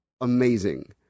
amazing